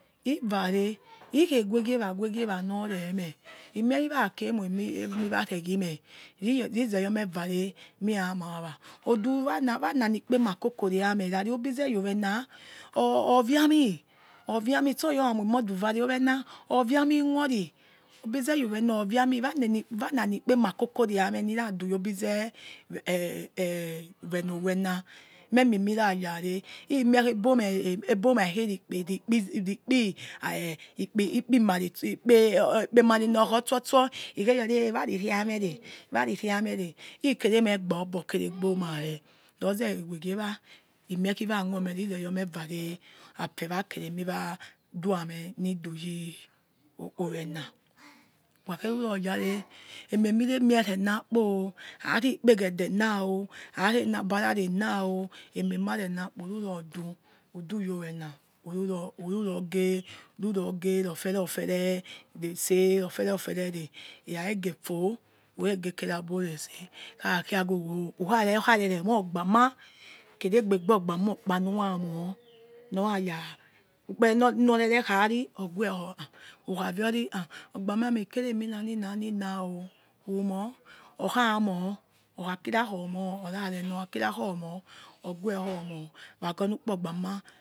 Ivare ikhe gheghi waghegie wa noremeg imoi wara kie weh moimi wareghi meh ri rizeyor me vare me ra wa wa idu wa nani kpema kojirie ama rari eboze yorowena or or viami oviami storota oramoimo de vare owena ovimi muori obize your owena oviami moiru wanani kpe ma kokore ame niradu yorbi zehe he yowena memie mirayare imie khi ebo ma hekpi hekpi emaristo okpi emare nekho stor stor eh wa riria mere wariri amere okere me bai or kere ebo mara roze iwegie we imie wa wormior rire you me vare afe wakere mi waduo meh nidu yi oni wena who khakhe ruror yare ememire mie rena kpo o ari kpegede na are nabarara nai emema rena kpo iruror du who du your owena whora roge ruroge ruroge ruroge rofere ifere retse who rofere ifere re hekhakhegefor ukhegeke reaburese khakia ghogho who khare reyor khare mou ogboma kere bebi ogboma okpa nuya mor nor raya ukpere nor re re khai who gue ha who kha viori ogboma meh ha he kere oni emina namina o whomoh khamoh okhakira khimoh ogue khimoh wa gho mukpo ogboma